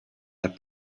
that